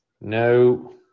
No